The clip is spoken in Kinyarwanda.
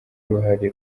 uruhare